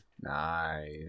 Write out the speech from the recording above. nice